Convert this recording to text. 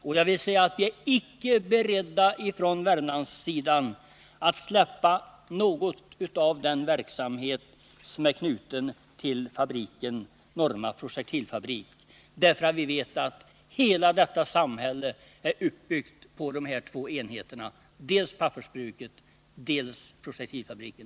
Vi är från Värmlandssidan icke beredda att släppa något av den verksamhet som är knuten till Norma Projektilfabrik, för vi vet att hela Åmotfors samhälle är uppbyggt på de här två enheterna: dels pappersbruket, dels projektilfabriken.